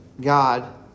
God